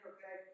Okay